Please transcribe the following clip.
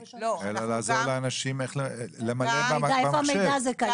אלא לעזור לאנשים למלא במחשב.